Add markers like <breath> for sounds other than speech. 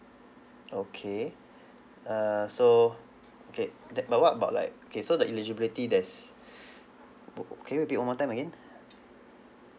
okay err so uh okay that but what about like okay so the eligibility there's <breath> but but what can you repeat one more time again